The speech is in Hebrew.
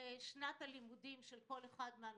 שנת הלימודים של כל אחד מהנוכחים,